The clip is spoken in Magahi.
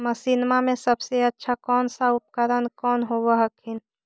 मसिनमा मे सबसे अच्छा कौन सा उपकरण कौन होब हखिन?